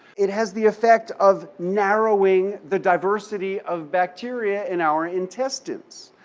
it has the effect of narrowing the diversity of bacteria in our intestines.